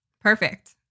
Perfect